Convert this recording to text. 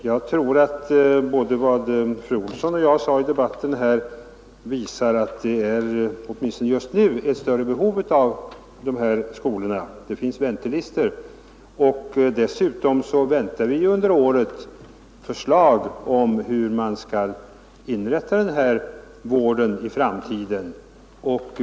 Vad både fru Olsson i Hölö och jag sagt här i debatten visar, att det åtminstone just nu föreligger ett stort behov av detta slags skolor, eftersom det finns väntelistor. Dessutom väntar vi att förslag under året skall framläggas om hur man skall inrätta ungdomsvården i framtiden.